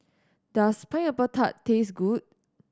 does Pineapple Tart taste good